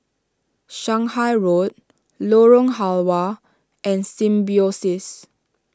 Shanghai Road Lorong Halwa and Symbiosis